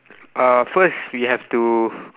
uh first we have to